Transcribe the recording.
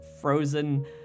frozen